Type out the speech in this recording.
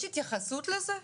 יש התייחסות לזה?